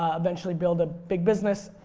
ah eventually build a big business,